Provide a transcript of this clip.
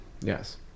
Yes